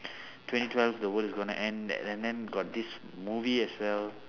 twenty twelve the world is going to end and then got this movie as well